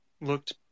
looked